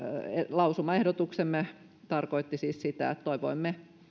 lausumaehdotuksemme tarkoitti siis sitä että toivoimme